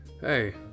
Hey